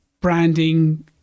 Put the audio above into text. branding